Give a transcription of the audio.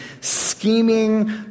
scheming